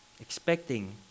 expecting